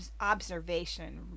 observation